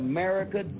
America